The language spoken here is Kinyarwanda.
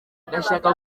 ndashaka